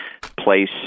place